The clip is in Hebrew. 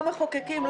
לא מחוקקים,